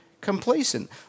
complacent